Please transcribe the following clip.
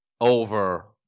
over